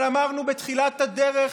אבל אמרנו בתחילת הדרך